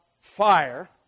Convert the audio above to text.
fire